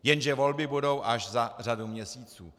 Jenže volby budou až za řadu měsíců.